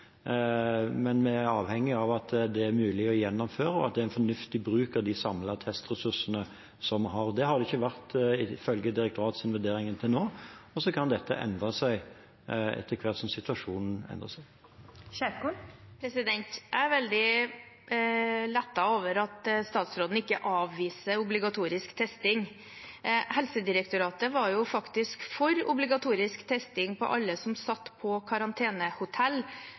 Men vi er avhengige av at det er mulig å gjennomføre, og at det er en fornuftig bruk av de samlede testressursene som vi har. Det har det ikke vært til nå, ifølge direktoratets vurdering, og så kan dette endre seg etter hvert som situasjonen endrer seg. Jeg er veldig lettet over at statsråden ikke avviser obligatorisk testing. Helsedirektoratet var jo faktisk for obligatorisk testing av alle som satt på karantenehotell,